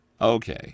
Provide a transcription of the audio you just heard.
Okay